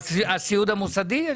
אני